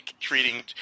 treating